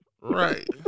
Right